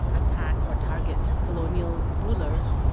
attack or target colonial rulers,